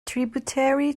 tributary